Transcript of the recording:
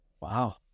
Wow